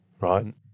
right